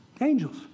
angels